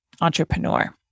entrepreneur